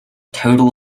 total